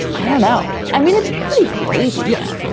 i don't know. i mean, it's pretty crazy. yeah,